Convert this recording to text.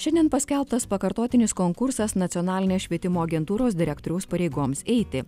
šiandien paskelbtas pakartotinis konkursas nacionalinės švietimo agentūros direktoriaus pareigoms eiti